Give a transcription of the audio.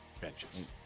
Benches